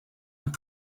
and